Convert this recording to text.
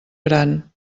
gran